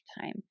time